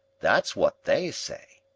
that's what they say.